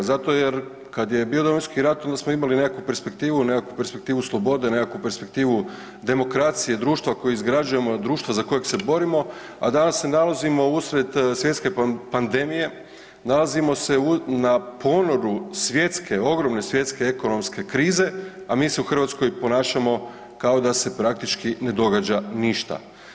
Zato jer kad je bio Domovinski rat onda smo imali nekakvu perspektivu, nekakvu perspektivu slobode, nekakvu perspektivu demokracije, društva koje izgrađujemo, društva za kojeg se borimo, a danas se nalazimo usred svjetske pandemije, nalazimo se na ponoru svjetske, ogromne svjetske ekonomske krize, a mi se u Hrvatskoj ponašamo kao da se praktički ne događa ništa.